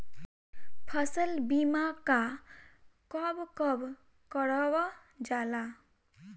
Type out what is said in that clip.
फसल बीमा का कब कब करव जाला?